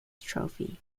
trophy